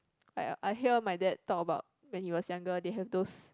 I I hear my dad talk about when he was younger they have those